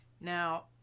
Now